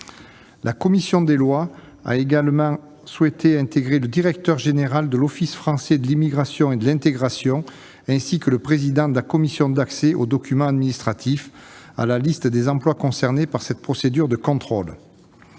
La commission des lois a également souhaité intégrer le directeur général de l'Office français de l'immigration et de l'intégration, ainsi que le président de la Commission d'accès aux documents administratifs à la liste des emplois concernés par cette procédure de contrôle.